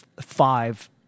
five